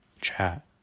chat